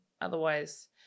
otherwise